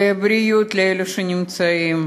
ובריאות לנפגעים שנמצאים